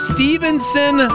Stevenson